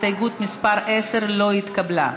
הסתייגות מס' 10 לא התקבלה.